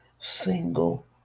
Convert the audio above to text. single